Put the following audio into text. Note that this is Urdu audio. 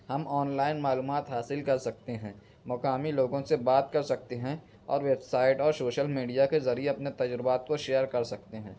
ہم آن لائن معلومات حاصل کر سکتے ہیں مقامی لوگوں سے بات کر سکتے ہیں اور ویب سائٹ اور شوشل میڈیا کے ذریعے اپنے تجربات کو شیئر کر سکتے ہیں